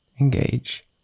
engage